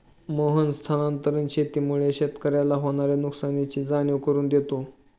मोहन स्थानांतरण शेतीमुळे शेतकऱ्याला होणार्या नुकसानीची जाणीव करून देतो